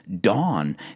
dawn